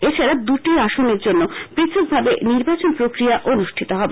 এছাড়া দুটি আসনের জন্য পৃথকভাবে নির্বাচন প্রক্রিয়া অনুষ্ঠিত হবে